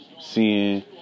seeing